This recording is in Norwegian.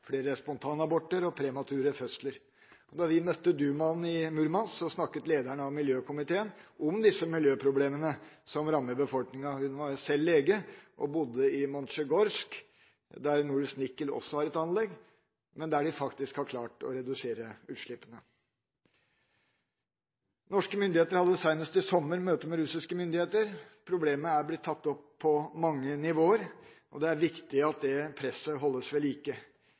flere spontanaborter og premature fødsler. Da vi møtte dumaen i Murmansk, snakket lederen av miljøkomiteen om disse miljøproblemene som rammer befolkningen. Hun var sjøl lege og bodde i Montsjegorsk, der Norilsk Nickel også har et anlegg, men der de faktisk har klart å redusere utslippene. Norske myndigheter hadde senest i sommer møte med russiske myndigheter. Problemet er blitt tatt opp på mange nivåer. Det er viktig at det presset holdes ved like.